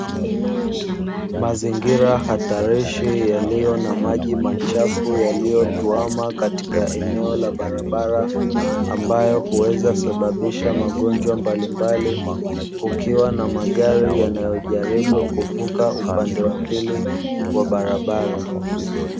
Mazingira hatarishi yaliyo na maji machafu yaliyotuama katika eneo la barabara ambayo huwezasababisha magonjwa mbalimbali kukiwa na magari yanayojaribu kuvuka upande wa pili wa barabara.